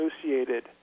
associated